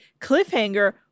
cliffhanger